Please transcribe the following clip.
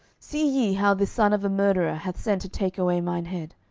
see ye how this son of a murderer hath sent to take away mine head?